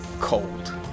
cold